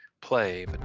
play